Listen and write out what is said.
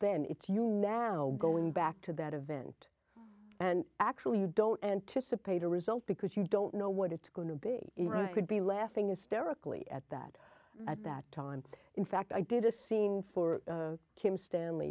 then it's you now going back to that event and actually you don't anticipate a result because you don't know what it's going to be it could be laughing hysterically at that at that time in fact i did a scene for kim stanley